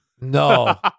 No